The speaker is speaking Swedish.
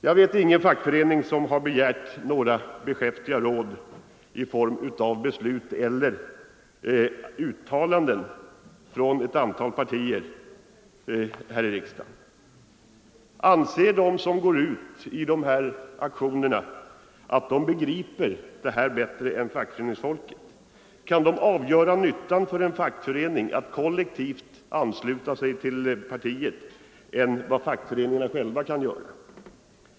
Jag vet ingen fackförening som har begärt några beskäftiga råd i form av beslut eller uttalanden från ett antal partier här i riksdagen. Anser de som går ut i dessa aktioner att de begriper detta bättre än fackföreningsfolket? Kan de bättre avgöra nyttan för en fackförening av att kollektivt ansluta sig till partiet än fackföreningarna själva?